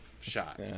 shot